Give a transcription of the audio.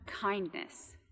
kindness